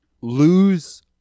lose